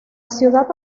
ciudad